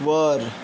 वर